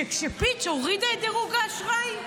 שכשפיץ' הורידה את דירוג האשראי,